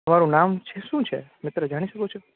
તમારું નામ શું છે મિત્ર જાણી શકું છું